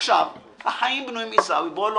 עיסאווי,